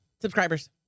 subscribers